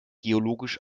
geologisch